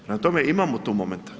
Prema tome, imamo tu momenta.